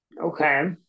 Okay